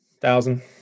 thousand